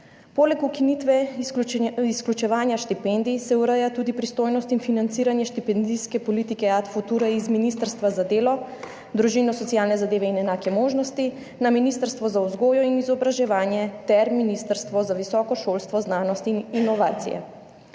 Poleg ukinitve izključevanja štipendij se ureja tudi pristojnost in financiranje štipendijske politike Ad future iz Ministrstva za delo, družino, socialne zadeve in enake možnosti na Ministrstvo za vzgojo in izobraževanje ter Ministrstvo za visoko šolstvo, znanost in inovacije.